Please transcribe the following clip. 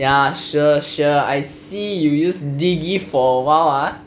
ya sure sure I see you use diggie for awhile ah